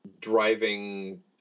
Driving